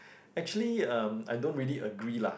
actually um I don't really agree lah